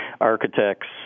architects